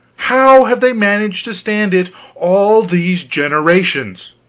how have they managed to stand it all these generations?